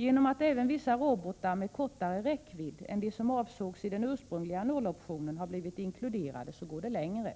Genom att även vissa robotar med kortare räckvidd än dem som avsågs i den ursprungliga nolloptionen har blivit inkluderade går det längre.